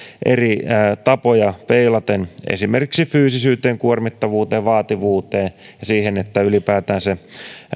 eri tapoja peilaten esimerkiksi fyysisyyteen kuormittavuuteen vaativuuteen ja siihen että ylipäätään